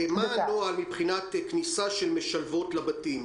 מה הנוהל מבחינת כניסה של משלבות לבתים?